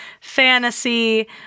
fantasy